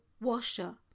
washer